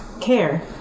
care